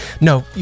No